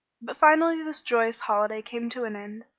but finally this joyous holiday came to an end,